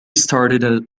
started